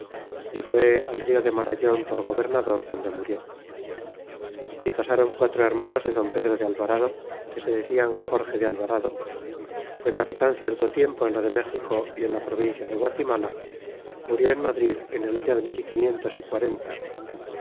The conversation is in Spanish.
y fué al rio de marañon por gobernador donde murió y pasaron quatro hermanos de don pedro de alvarado que se decian jorge de alvarado fué capitan c erto tiempo en lo de méxico y en la provincia de guatimala murió en madrid en el ario de mil y quinientos y quarenta